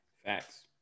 Facts